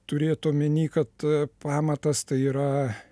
turėt omeny kad pamatas tai yra